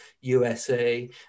USA